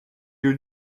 you